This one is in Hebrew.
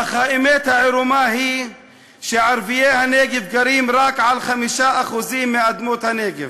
אך האמת העירומה היא שערביי הנגב גרים רק על 5% מאדמות הנגב.